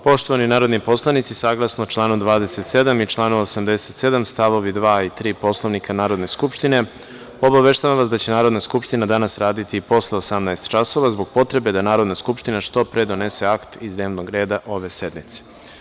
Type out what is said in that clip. Poštovani narodni poslanici, saglasno članu 27. i članu 87. stavovi 2. i 3. Poslovnika Narodne skupštine, obaveštavam vas da će Narodna skupština raditi posle 18.00 časova, zbog potrebe da Narodna skupština što pre donese akt iz dnevnog reda ove sednice.